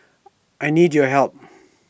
I need your help